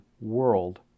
world